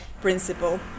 principle